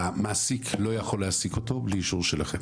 המעסיק לא יכול להעסיק אותו בלי אישור שלכם.